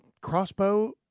crossbow